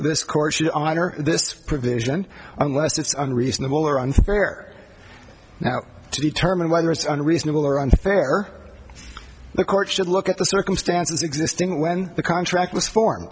this court should honor this provision unless it's unreasonable or unfair now to determine whether it's unreasonable or unfair the court should look at the circumstances existing when the contract was for